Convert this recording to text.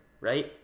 right